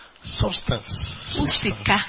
Substance